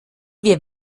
wir